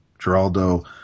Geraldo